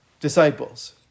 disciples